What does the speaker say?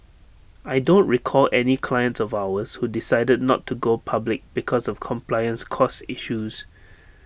I don't recall any clients of ours who decided not to go public because of compliance costs issues